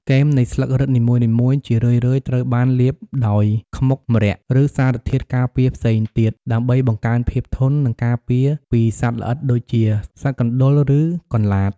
គែមនៃស្លឹករឹតនីមួយៗ ជារឿយៗត្រូវបានលាបដោយខ្មុកម្រ័ក្សណ៍ ឬសារធាតុការពារផ្សេងទៀត ដើម្បីបង្កើនភាពធន់ និងការពារពីសត្វល្អិតដូចជា សត្វកណ្តុរ ឬកន្លាត។